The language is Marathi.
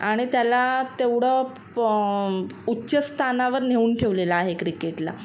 आणि त्याला तेवढं प उच्चस्थानावर नेऊन ठेवलेलं आहे क्रिकेटला